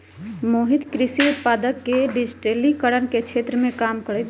मोहित कृषि उत्पादक के डिजिटिकरण के क्षेत्र में काम करते हई